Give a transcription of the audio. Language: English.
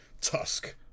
Tusk